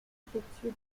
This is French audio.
effectués